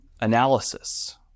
analysis